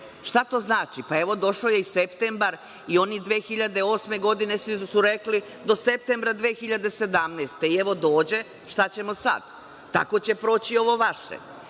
Šta to znači? Evo, došao je i septembar, i oni 2008. godine su rekli – do septembra 2017. Evo, dođe i šta ćemo sad? Tako će proći i ovo